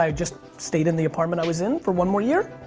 um just stayed in the apartment i was in for one more year,